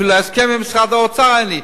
אפילו הסכם עם משרד האוצר אין לי,